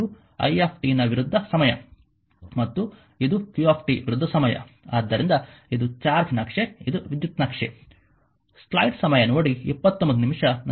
ಆದ್ದರಿಂದ ಇದು ನಕ್ಷೆಯಾಗಿದೆ ಇದು i ವಿರುದ್ಧ ಸಮಯ ಮತ್ತು ಇದು q ವಿರುದ್ಧ ಸಮಯ ಆದ್ದರಿಂದ ಇದು ಚಾರ್ಜ್ನ ನಕ್ಷೆ ಮತ್ತು ಇದು ವಿದ್ಯುತ್ ನಕ್ಷೆ